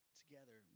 together